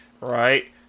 Right